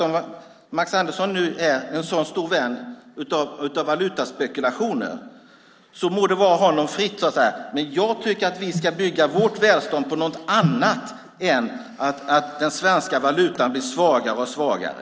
Om Max Andersson nu är en så stor vän av valutaspekulationen må det vara honom fritt. Men jag tycker att vi ska bygga vårt välstånd på något annat än att den svenska valutan blir svagare och svagare.